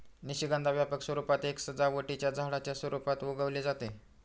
निशिगंधा व्यापक स्वरूपात एका सजावटीच्या झाडाच्या रूपात उगवले जाते